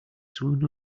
soon